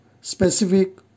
specific